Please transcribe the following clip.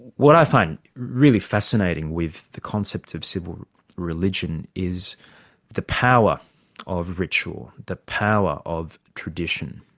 what i find really fascinating with the concepts of civil religion is the power of ritual, the power of tradition.